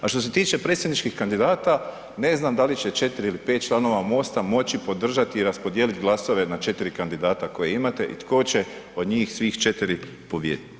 A što se tiče predsjedničkih kandidata ne znam da li 4 ili 5 članova MOST-a moći podržati i raspodijelit glasove na 4 kandidata koje imate i tko će od njih svih 4 pobijediti?